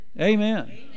Amen